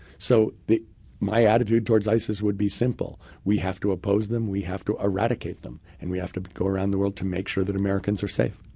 so my attitude towards isis would be simple. we have to oppose them. we have to eradicate them. and we have to go around the world to make sure that americans are safe.